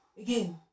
Again